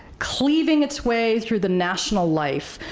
cleaving its way through the national life,